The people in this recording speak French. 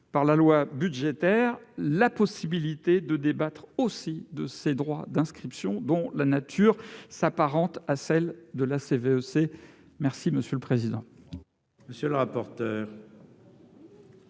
de la loi budgétaire, la possibilité de débattre aussi de ces droits d'inscription dont la nature s'apparente à celle de la CVEC. Bravo ! Quel est